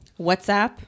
WhatsApp